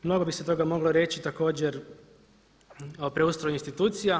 Mnogo bi se toga moglo reći također o preustroju institucija.